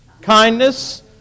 kindness